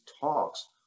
talks